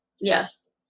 Yes